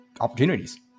opportunities